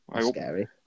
scary